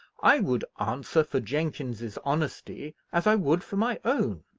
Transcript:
i would answer for jenkins's honesty as i would for my own.